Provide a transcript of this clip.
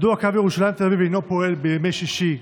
2. מדוע קו הרכבת בין ירושלים ותל אביב אינו פועל בימי שישי,